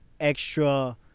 extra